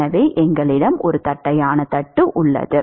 எனவே எங்களிடம் ஒரு தட்டையான தட்டு உள்ளது